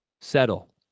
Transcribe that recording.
settle